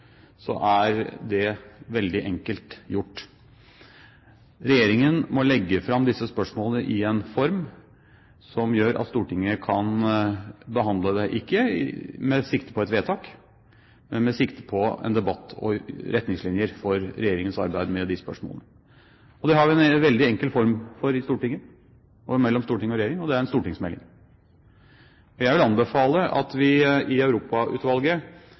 er det veldig enkelt gjort. Regjeringen må legge fram disse spørsmålene i en form som gjør at Stortinget kan behandle dem, ikke med sikte på et vedtak, men med sikte på en debatt og retningslinjer for regjeringens arbeid med de spørsmålene. Det har vi en veldig enkel form for i Stortinget, og mellom Stortinget og regjeringen, og det er en stortingsmelding. Jeg vil anbefale at vi i Europautvalget